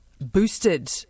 boosted